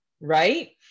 right